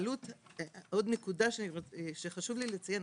עוד נקודה שחשוב לי לציין,